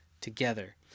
together